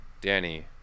Danny